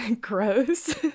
Gross